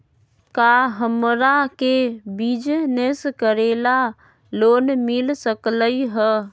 का हमरा के बिजनेस करेला लोन मिल सकलई ह?